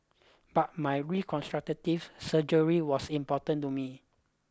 but my reconstructive surgery was important to me